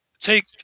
take